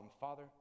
Father